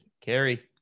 Carrie